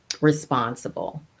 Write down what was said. responsible